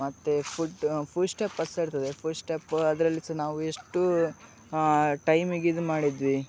ಮತ್ತೆ foot foot step ಸಹ ಇರ್ತದೆ ಫೂಟ್ ಸ್ಟೆಪ್ ಅದರಲ್ಲಿ ಸಹ ನಾವು ಎಷ್ಟು ಟೈಮಿಗೆ ಇದುಮಾಡಿದ್ವಿ